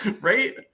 Right